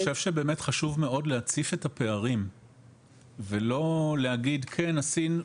אני חושב שבאמת חשוב מאוד להציף את הפערים ולא להגיד "כן עשינו,